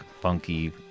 funky